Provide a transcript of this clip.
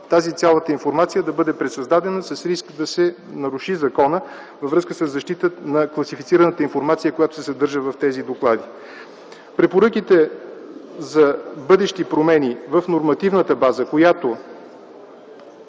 тази информация да бъде пресъздадена с риск да се наруши законът във връзка със защита на класифицираната информация, която се съдържа в тези доклади. Препоръките за бъдещи промени в нормативната база, която